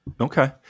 Okay